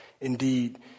indeed